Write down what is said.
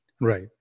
Right